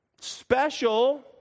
special